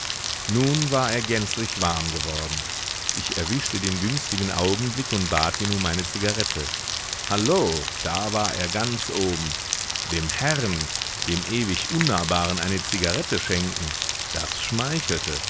nun war er gänzlich warm geworden ich erwischte den günstigen augenblick und bat ihn um eine zigarette halloh da war er ganz oben dem herrn dem ewig unnahbaren eine zigarette schenken das schmeichelte